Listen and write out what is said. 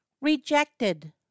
Rejected